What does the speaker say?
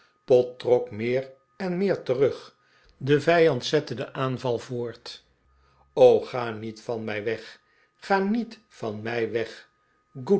trok meer en meer terug de vijand zette den aanval voort r o ga niet van mij weg ga niet van mij weg